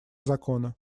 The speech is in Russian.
закона